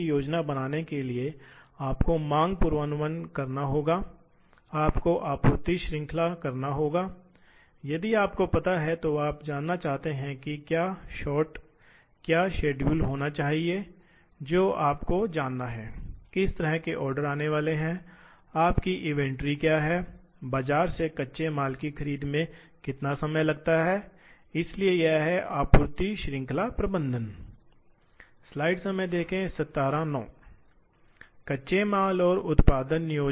जहां भाग ज्यामिति जटिल है इसलिए आपको ऑपरेटर कौशल पर वास्तव में भरोसा करने की ज़रूरत नहीं है आपके पास बस एक लिखने के लिए है आपको बस एक सही भाग कार्यक्रम का उत्पादन करना है और यदि भाग कार्यक्रम सही है तो मशीन होना स्वचालित बिल्कुल सही ढंग से ऑपरेटर कौशल के बावजूद उस ज्यामिति का उत्पादन करेगा